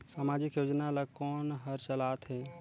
समाजिक योजना ला कोन हर चलाथ हे?